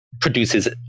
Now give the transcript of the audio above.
produces